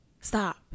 stop